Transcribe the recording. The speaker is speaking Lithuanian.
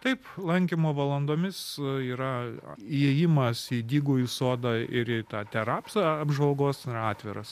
taip lankymo valandomis yra įėjimas į dygųjį sodą ir į tą terapsą apžvalgos atviras